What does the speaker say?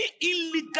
illegal